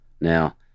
Now